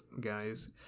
guys